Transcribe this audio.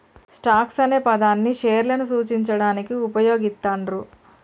stocks అనే పదాన్ని షేర్లను సూచించడానికి వుపయోగిత్తండ్రు